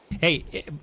hey